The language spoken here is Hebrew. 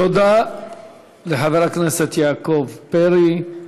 תודה לחבר הכנסת יעקב פרי.